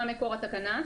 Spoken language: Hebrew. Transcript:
התקנה.